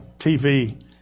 TV